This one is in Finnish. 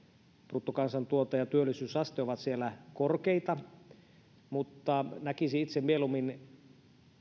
bruttokansantuote ja ja työllisyysaste ovat siellä korkeita mutta näkisin itse mieluummin